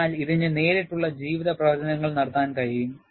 അതിനാൽ ഇതിന് നേരിട്ടുള്ള ജീവിത പ്രവചനങ്ങൾ നടത്താൻ കഴിയും